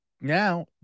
now